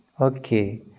okay